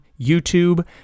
YouTube